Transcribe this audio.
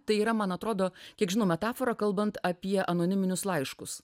tai yra man atrodo kiek žinau metafora kalbant apie anoniminius laiškus